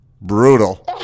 brutal